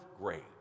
grade